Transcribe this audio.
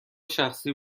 شخصی